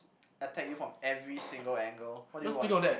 attack you from every single angle what do you want